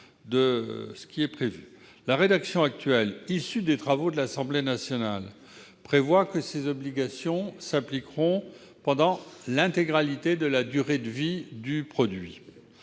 un compromis. La rédaction actuelle, issue des travaux de l'Assemblée nationale, prévoit que ces obligations s'appliqueront pendant l'intégralité de la durée de vie du produit,